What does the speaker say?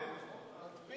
זה זה, נכון?